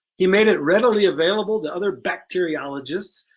he made it readily available to other bacteriologists.